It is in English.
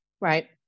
Right